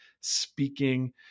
speaking